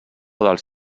dels